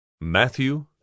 Matthew